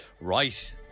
Right